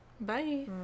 Bye